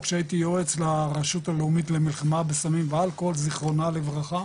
כשהייתי יועץ לרשות הלאומית למלחמה בסמים ואלכוהול זיכרונה לברכה,